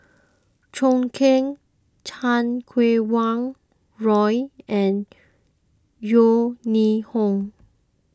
Zhou Can Chan Kum Wah Roy and Yeo Ning Hong